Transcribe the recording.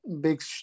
big